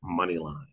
Moneyline